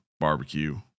barbecue